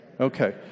Okay